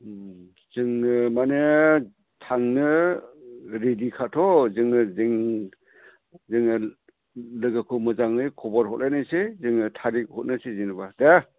जोंनो माने थांनो रेडिखाथ' जोंङो जोंनि जोङो लागोखौ मोजाङै खबर हरलायनोसै जोङो थारिख हरनोसै जेनेबा दे